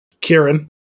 Kieran